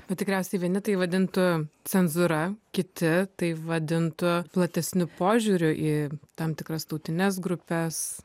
bet tikriausiai vieni tai vadintų cenzūra kiti tai vadintų platesniu požiūriu į tam tikras tautines grupes